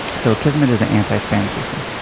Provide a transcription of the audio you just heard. so akismet is an anti-spam system.